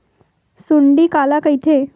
सुंडी काला कइथे?